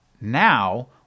now